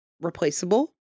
replaceable